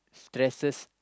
stresses